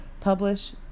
publish